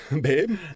babe